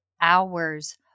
hours